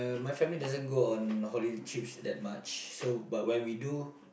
my family doesn't go on holiday trips that much so but when we do